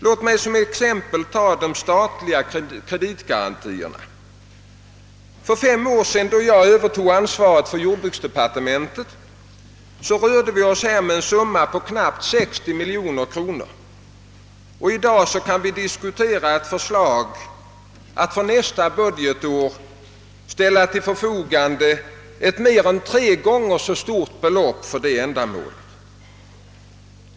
Låt mig som exempel ta de statliga kreditgarantierna. För fem år sedan, då jag övertog ansvaret för jordbruksdepartementet, rörde vi oss med en summa på knappt 60 miljoner kronor. I dag kan vi diskutera ett förslag att för nästa budgetår ställa till förfogande ett mer än tre gånger så stort belopp för detta ändamål.